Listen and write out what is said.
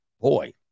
Boy